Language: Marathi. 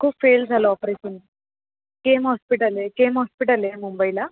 खूप फेल झालं operation K E M hospital आहे के इ एम हॉस्पिटल आहे मुंबईला